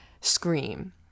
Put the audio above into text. scream